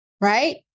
right